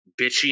bitchy